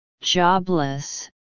jobless